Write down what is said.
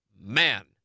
man